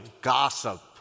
gossip